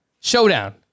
Showdown